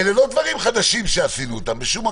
אלה לא דברים חדשים שעשינו משום מקום.